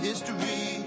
History